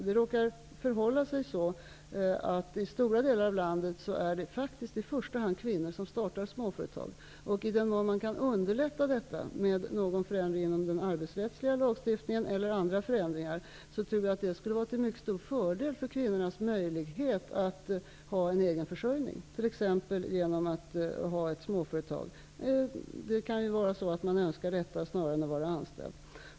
Det råkar förhålla sig så att i stora delar av landet är det faktiskt i första hand kvinnor som startar småföretag. I den mån bildandet av småföretag kan underlättas med några förändringar i den arbetsrättsliga lagstiftningen eller med hjälp av andra förändringar, tror jag att det skulle vara till fördel för kvinnors möjligheter att försörja sig själva. De kan ju önska detta snarare än att vara anställda.